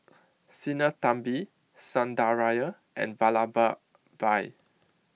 Sinnathamby Sundaraiah and Vallabhbhai